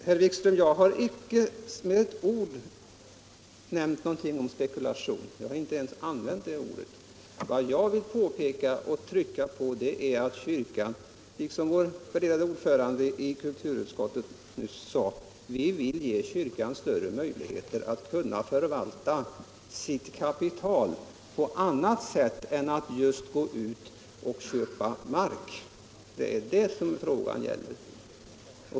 Herr talman! Jag har icke, herr Wikström, med en antydan nämnt något om spekulation, jag har inte ens använt det ordet. Vad jag vill påpeka och trycka på är att vi, som vår värderade ordförande i kulturutskottet nyss sade, vill ge kyrkan större möjligheter att förvalta sitt kapital på annat sätt än att just köpa mark. Det är det frågan gäller.